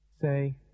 Say